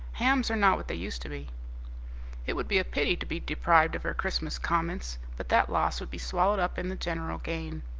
hams are not what they used to be it would be a pity to be deprived of her christmas comments, but that loss would be swallowed up in the general gain.